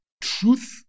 truth